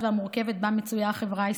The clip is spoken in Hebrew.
והמורכבת שבה מצויה החברה הישראלית,